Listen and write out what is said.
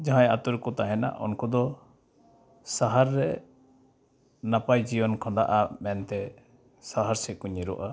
ᱡᱟᱦᱟᱸᱭ ᱟᱛᱳ ᱨᱮᱠᱚ ᱛᱟᱦᱮᱱᱟ ᱩᱱᱠᱚ ᱫᱚ ᱥᱟᱦᱟᱨ ᱨᱮ ᱱᱟᱯᱟᱭ ᱡᱤᱭᱚᱱ ᱠᱷᱟᱸᱰᱟᱜᱼᱟ ᱢᱮᱱᱛᱮ ᱥᱟᱦᱟᱨ ᱥᱮᱫᱠᱚ ᱧᱤᱨᱚᱜᱼᱟ